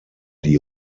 die